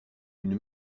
une